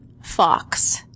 fox